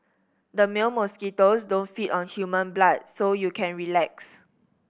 the male mosquitoes don't feed on human blood so you can relax